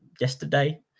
yesterday